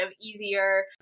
easier